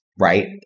right